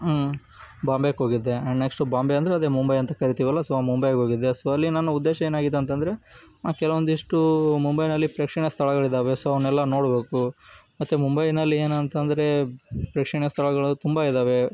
ಬಾಂಬೆಗೆ ಹೋಗಿದ್ದೆ and next Bombay ಅಂದರೆ ಅದೇ ಮುಂಬೈ ಅಂತ ಕರಿತೀವಲ್ವ ಸೊ ಮುಂಬೈಗೆ ಹೋಗಿದ್ದೆ ಸೊ ಅಲ್ಲಿ ನನ್ನ ಉದ್ಧೇಶ ಏನಾಗಿತ್ತು ಅಂತ ಅಂದ್ರೆ ಕೆಲವೊಂದಿಷ್ಟು ಮುಂಬೈನಲ್ಲಿ ಪ್ರೇಕ್ಷಣೀಯ ಸ್ಥಳಗಳಿದ್ದಾವೆ ಸೊ ಅವನ್ನೆಲ್ಲ ನೋಡಬೇಕು ಮತ್ತು ಮುಂಬೈನಲ್ಲಿ ಏನು ಅಂತ ಅಂದ್ರೆ ಪ್ರೇಕ್ಷಣೀಯ ಸ್ಥಳಗಳು ತುಂಬ ಇದ್ದಾವೆ